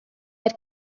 had